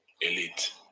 elite